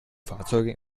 fahrzeuge